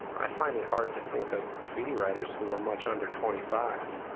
i find it hard to think of graffiti writers who are much under twenty five.